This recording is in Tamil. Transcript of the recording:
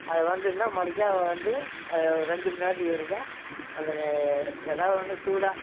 அது வந்துவிட்டுன்னா மறுக்கா வந்து அது ஒரு ரெண்டு மணிநேரத்துக்கு ஒருக்க அந்த நே ஏதா ஒன்று சூடாக